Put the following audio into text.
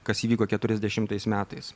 kas įvyko keturiasdešimtais metais